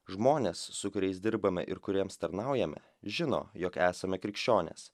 žmonės su kuriais dirbame ir kuriems tarnaujame žino jog esame krikščionys